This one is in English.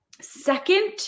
second